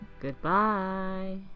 Goodbye